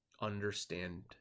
understand